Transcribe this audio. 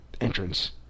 entrance